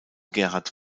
gerhard